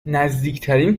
نزدیکترین